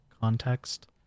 context